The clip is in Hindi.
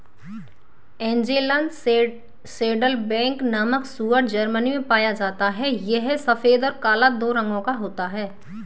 एंजेलन सैडलबैक नामक सूअर जर्मनी में पाया जाता है यह सफेद और काला दो रंगों में होता है